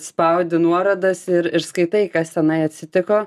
spaudi nuorodas ir ir skaitai kas tenai atsitiko